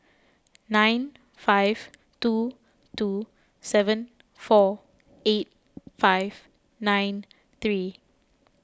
nine five two two seven four eight five nine three